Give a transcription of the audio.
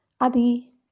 Adi